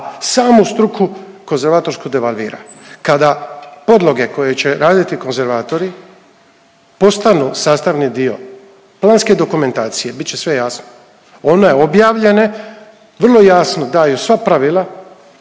samu struku konzervatorsku devalvira. Kada podloge koje će raditi konzervatori postanu sastavni dio planske dokumentacije, bit će sve jasno. One objavljene vrlo jasno daju sva pravila,